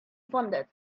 funded